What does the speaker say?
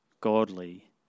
godly